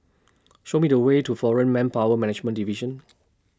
Show Me The Way to Foreign Manpower Management Division